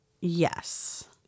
Yes